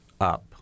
up